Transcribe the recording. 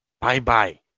bye-bye